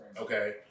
Okay